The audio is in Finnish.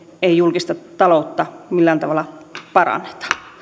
ei julkista taloutta millään tavalla paranneta